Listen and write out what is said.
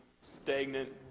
stagnant